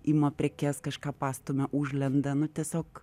ima prekes kažką pastumia užlenda nu tiesiog